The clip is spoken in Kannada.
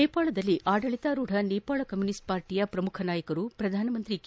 ನೇಪಾಳದಲ್ಲಿ ಆಡಳಿತಾರೂಢ ನೇಪಾಳ ಕಮ್ಮುನಿಸ್ಟ್ ಪಾರ್ಟಿಯ ಪ್ರಮುಖ ನಾಯಕರು ಪ್ರಧಾನಮಂತ್ರಿ ಕೆ